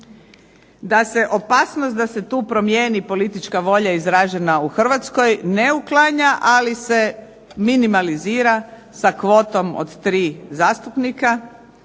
da se opasnost da se tu promjeni politička volja izražena u Hrvatskoj ne uklanja, ali se minimalizira sa kvotom od tri zastupnika